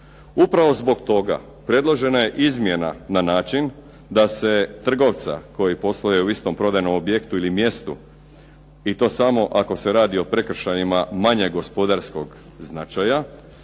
Upravo zbog toga predložena je izmjena na način da se trgovca koji posluje u istom prodajnom objektu ili mjestu i to samo ako se radi o prekršajima manjeg gospodarskog značaja,